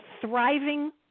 thriving